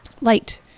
light